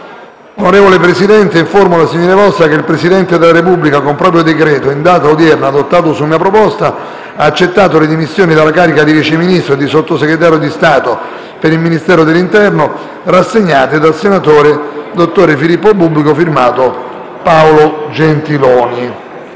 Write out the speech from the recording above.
Onorevole Presidente, informo la S.V. che il Presidente della Repubblica, con proprio decreto in data odierna, adottato su mia proposta, ha accettato le dimissioni dalla carica di Vice Ministro e di Sottosegretario di Stato per il Ministero dell'interno rassegnate dal sen. dott. Filippo BUBBICO. *F.to* Paolo GENTILONI».